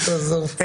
עזוב.